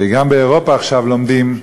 גם באירופה עכשיו לומדים,